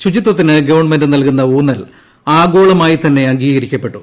ശുചിത്വത്തിന് government നൽകുന്ന ഉൌന്നൽ ആഗോളമായിതന്നെ അംഗീകരിക്കപ്പെട്ടു